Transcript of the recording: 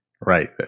right